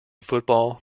football